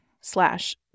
slash